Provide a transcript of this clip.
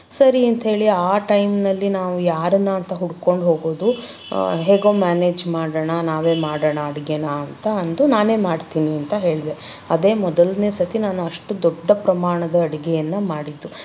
ಸರಿ ಅಂತ್ಹೇಳಿ ಆ ಟೈಮ್ನಲ್ಲಿ ನಾವು ಯಾರನ್ನು ಅಂತ ಹುಡ್ಕೊಂಡು ಹೋಗೋದು ಹೇಗೋ ಮ್ಯಾನೇಜ್ ಮಾಡೋಣ ನಾವೇ ಮಾಡೋಣ ಅಡುಗೇನ ಅಂತ ಅಂದು ನಾನೇ ಮಾಡ್ತೀನಿ ಅಂತ ಹೇಳಿದೆ ಅದೇ ಮೊದಲನೇ ಸತಿ ನಾನು ಅಷ್ಟು ದೊಡ್ಡ ಪ್ರಮಾಣದ ಅಡುಗೆಯನ್ನ ಮಾಡಿದ್ದು